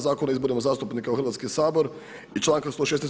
Zakona o izborima zastupnika u Hrvatski sabor i članka 116.